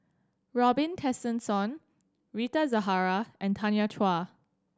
Robin Tessensohn Rita Zahara and Tanya Chua